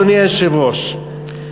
אדוני היושב-ראש,